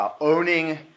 owning